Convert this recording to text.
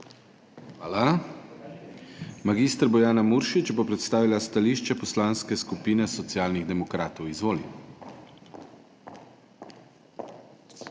Hvala. Mag. Bojana Muršič bo predstavila stališče Poslanske skupine Socialnih demokratov. Izvolite.